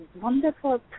wonderful